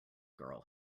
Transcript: girl